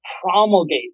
promulgate